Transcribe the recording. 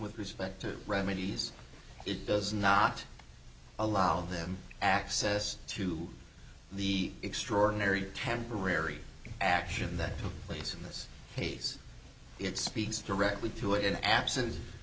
with respect to remedies it does not allow them access to the extraordinary temporary action that took place in this case it speaks directly to it in the absence